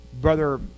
Brother